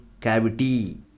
cavity